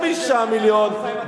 5 מיליון,